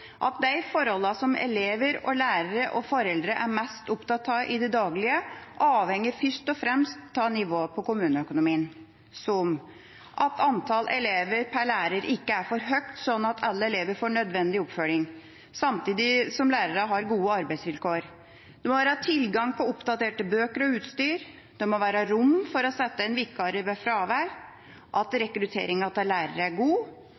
at de forholdene som elever, lærere og foreldre er mest opptatt av i det daglige, avhenger først og fremst av nivået i kommuneøkonomien, som at antall elever per lærer ikke er for høyt, slik at alle elever får nødvendig oppfølging, samtidig som lærerne har gode arbeidsvilkår det må være tilgang på oppdaterte bøker og utstyr det må være rom for å sette inn vikarer ved fravær rekrutteringa av lærere er god